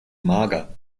mager